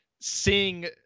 seeing